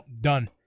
done